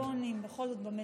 טלפונים, בכל זאת, במליאה?